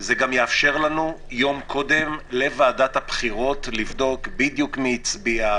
יום קודם יאפשר גם לוועדת הבחירות לבדוק בדיוק מי הצביע,